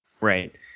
Right